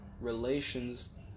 relations